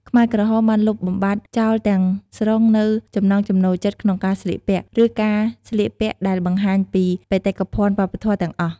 ខ្មែរក្រហមបានលុបបំបាត់ចោលទាំងស្រុងនូវ ចំណង់ចំណូលចិត្តក្នុងការស្លៀកពាក់ ឬការស្លៀកពាក់ដែលបង្ហាញពី បេតិកភណ្ឌវប្បធម៌ ទាំងអស់។